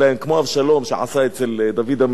כמו שעשה אבשלום אצל דוד המלך.